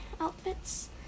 outfits